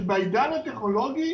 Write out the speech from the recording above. שבעידן הטכנולוגי